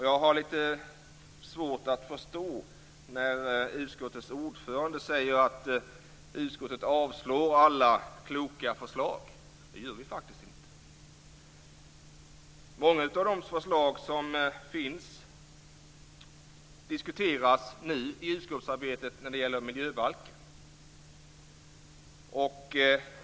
Jag har litet svårt att förstå utskottets ordförande när han säger att utskottet avstyrker alla kloka förslag, för det gör vi faktiskt inte. Många av förslagen diskuteras nu i utskottsarbetet i samband med miljöbalken.